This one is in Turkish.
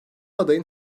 adayın